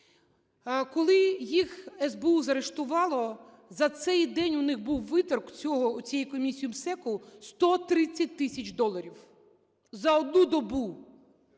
Коли їх СБУ заарештувало, за цей день у них був виторг, всього у цієї комісії МСЕК, 130 тисяч доларів. За одну добу.